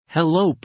Hello